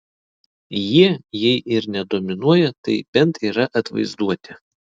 jie jei ir ne dominuoja tai bent yra atvaizduoti